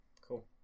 cool